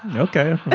yeah okay